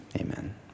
Amen